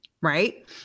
right